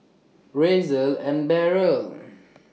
Razer and Barrel